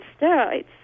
steroids